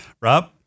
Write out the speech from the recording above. Rob